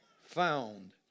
found